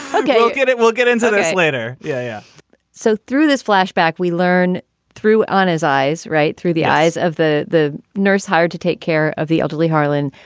ah okay, you get it, we'll get into this later. yeah. yeah so through this flashback, we learn through on his eyes, right through the eyes of the the nurse hired to take care of the elderly. harlan.